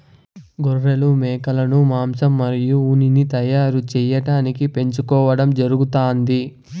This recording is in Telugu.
గొర్రెలు, మేకలను మాంసం మరియు ఉన్నిని తయారు చేయటానికి పెంచుకోవడం జరుగుతాంది